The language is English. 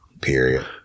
Period